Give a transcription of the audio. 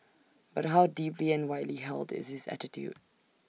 but how deeply and widely held is this attitude